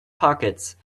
pockets